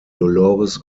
dolores